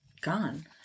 gone